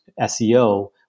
SEO